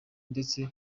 ndetse